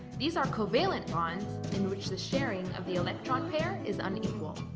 these are covalent bonds in which the sharing of the electron pair is unequal.